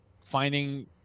finding